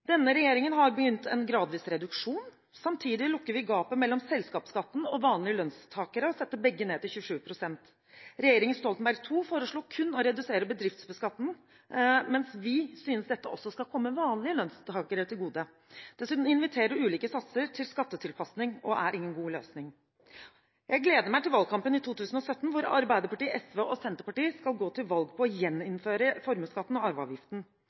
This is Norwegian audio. Denne regjeringen har begynt en gradvis reduksjon. Samtidig lukker vi gapet mellom selskapsskatten og vanlige lønnstakere og setter begge ned til 27 pst. Regjeringen Stoltenberg II foreslo kun å redusere bedriftsbeskatningen, mens vi synes dette også skal komme vanlige lønnstakere til gode. Dessuten inviterer jo ulike satser til skattetilpasning og er ingen god løsning. Jeg gleder meg til valgkampen i 2017, hvor Arbeiderpartiet, SV og Senterpartiet skal gå til valg på å gjeninnføre formuesskatten og arveavgiften.